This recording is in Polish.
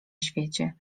świecie